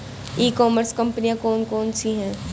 E commerce कंपनियाँ कौन कौन सी हैं?